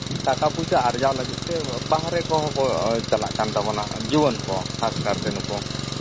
ᱴᱟᱠᱟ ᱯᱚᱭᱥᱟ ᱟᱨᱡᱟᱣ ᱞᱟᱹᱜᱤᱫ ᱛᱮ ᱵᱟᱦᱨᱮ ᱠᱚᱦᱚᱸ ᱠᱚ ᱪᱟᱞᱟᱜ ᱠᱟᱱ ᱛᱟᱵᱚᱱᱟ ᱡᱩᱣᱟᱹᱱ ᱠᱚ ᱠᱷᱟᱥ ᱠᱟᱨᱛᱮ ᱱᱩᱠᱩ